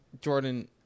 Jordan